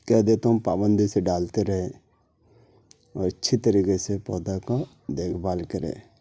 کہہ دیتا ہوں پابندی سے ڈالتے رہے اچھی طریقہ سے پودا کو دیکھ بھال کرے